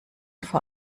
vor